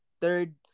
third